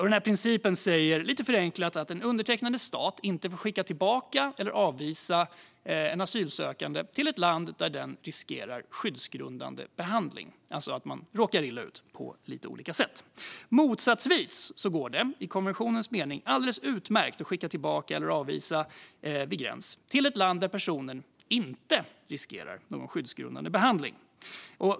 Denna princip innebär lite förenklat att en undertecknande stat inte får skicka tillbaka eller avvisa en asylsökande till ett land där den riskerar skyddsgrundande behandling, alltså att personen råkar illa ut på lite olika sätt. Däremot går det i konventionens mening alldeles utmärkt att skicka tillbaka eller avvisa vid gräns till ett land där personen inte riskerar någon skyddsgrundande behandling.